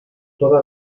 toda